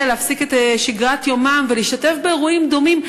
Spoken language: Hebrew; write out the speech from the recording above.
להפסיק את שגרת יומם ולהשתתף באירועים דומים,